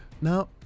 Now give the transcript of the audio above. Now